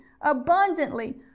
abundantly